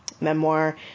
memoir